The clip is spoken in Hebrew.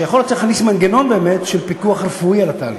שיכול להיות שצריך להכניס מנגנון של פיקוח רפואי על התהליך,